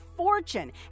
Fortune